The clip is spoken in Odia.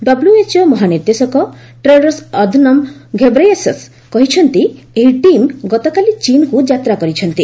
ଡବ୍ଲୁଏଚ୍ଓ ମହାନିର୍ଦ୍ଦେଶକ ଟେଡ୍ରସ୍ ଅଧନମ୍ ଘେବ୍ରେୟେସସ୍ କହିଛନ୍ତି ଏହି ଟିମ୍ ଗତକାଲି ଚୀନ୍କୁ ଯାତ୍ରା କରିଛନ୍ତି